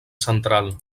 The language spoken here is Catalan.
central